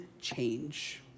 change